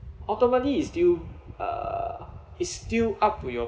ultimately it's still uh it's still up to your